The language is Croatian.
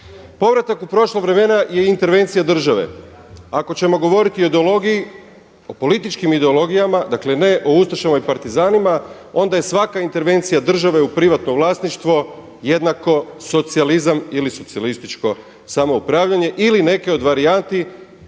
Povratak u prošla vremena je intervencija države. Ako ćemo govoriti o ideologiji, o političkim ideologijama dakle ne o ustašama i partizanima onda je svaka intervencija države u privatno vlasništvo jednako socijalizam ili socijalističko samoupravljanje ili neke od varijanti